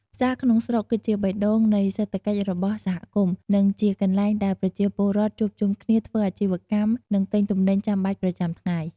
ផ្សារក្នុងស្រុក គឺជាបេះដូងនៃសេដ្ឋកិច្ចរបស់សហគមន៍ និងជាកន្លែងដែលប្រជាពលរដ្ឋជួបជុំគ្នាធ្វើអាជីវកម្ម និងទិញទំនិញចាំបាច់ប្រចាំថ្ងៃ។